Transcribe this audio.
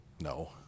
no